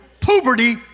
Puberty